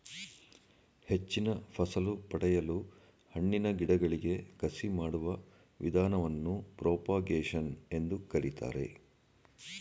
ಹೆಚ್ಚಿನ ಫಸಲು ಪಡೆಯಲು ಹಣ್ಣಿನ ಗಿಡಗಳಿಗೆ ಕಸಿ ಮಾಡುವ ವಿಧಾನವನ್ನು ಪ್ರೋಪಾಗೇಶನ್ ಎಂದು ಕರಿತಾರೆ